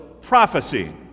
prophecy